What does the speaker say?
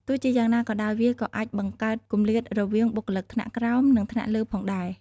ទោះជាយ៉ាងណាក៏ដោយ វាក៏អាចបង្កើតគម្លាតរវាងបុគ្គលិកថ្នាក់ក្រោម និងថ្នាក់លើផងដែរ។